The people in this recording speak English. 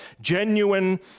genuine